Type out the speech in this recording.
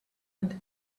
and